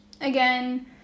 again